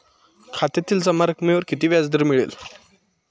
खात्यातील जमा रकमेवर किती व्याजदर मिळेल?